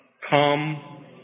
Come